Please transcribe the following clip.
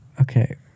Okay